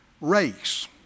race